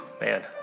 man